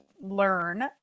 learn